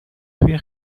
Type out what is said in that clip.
توی